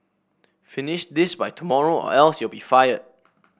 finish this by tomorrow or else you'll be fired